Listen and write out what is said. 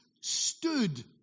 stood